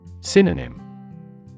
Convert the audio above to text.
Synonym